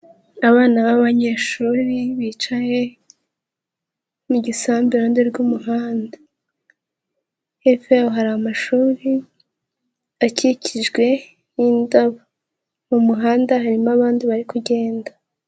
Abana b'abanyeshuri bicaye mu gisambu iruhande rw'umuhanda hepfo hari amashuri akikijwe n'indabo mu muhanda harimo abandi bari kugenda.